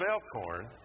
Elkhorn